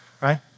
right